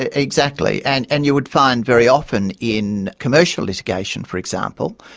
ah exactly, and and you would find very often in commercial litigation, for example,